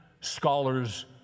scholars